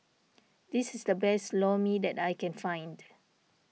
this is the best Lor Mee that I can find